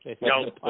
No